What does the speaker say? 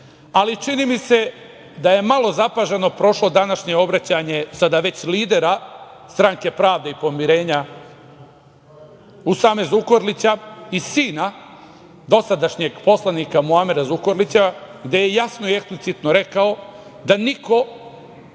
ali čini mi se da je malo zapaženo prošlo današnje obraćanje sada već lidera Stranke pravde i pomirenja Usame Zukorlića i sina dosadašnjeg poslanika Muamera Zukorlića, gde je jasno i eksplicitno rekao da niko